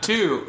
Two